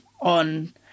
on